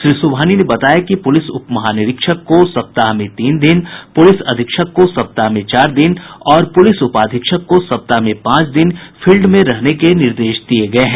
श्री सुबहानी ने बताया कि पुलिस उप महानिरीक्षक को सप्ताह में तीन दिन पुलिस अधीक्षक को सप्ताह में चार दिन और पुलिस उपाधीक्षक को सप्ताह में पांच दिन क्षेत्र में रहने के निर्देश दिये गये हैं